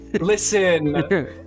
Listen